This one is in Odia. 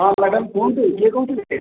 ହଁ ମ୍ୟାଡମ କୁହନ୍ତୁ କିଏ କହୁଥିଲେ